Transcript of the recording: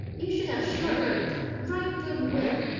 you should have shortbread with a right good will.